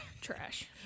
Trash